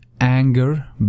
anger